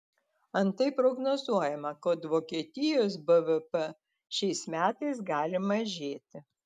antai prognozuojama kad vokietijos bvp šiais metais gali mažėti